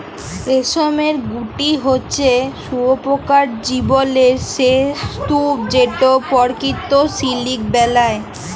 রেশমের গুটি হছে শুঁয়াপকার জীবলের সে স্তুপ যেট পরকিত সিলিক বেলায়